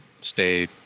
stay